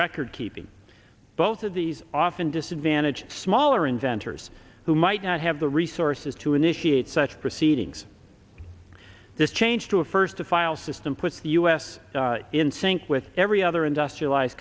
record keeping both of these often disadvantaged smaller inventors who might not have the resources to initiate such proceedings this change to a first to file system puts the u s in sync with every other industrialized